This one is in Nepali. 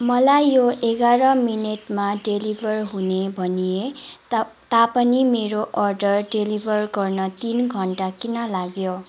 मलाई यो एघार मिनटमा डेलिभर हुने भनिए ता तापनि मेरो अर्डर डेलिभर गर्न तिन घन्टा किन लाग्यो